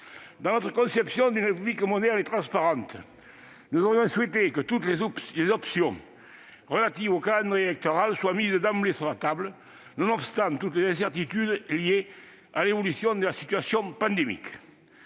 Dans notre conception d'une République moderne et transparente, nous aurions souhaité que toutes les options relatives au calendrier électoral soient mises d'emblée sur la table, nonobstant toutes les incertitudes liées à l'évolution de la situation pandémique,